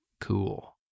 cool